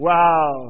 Wow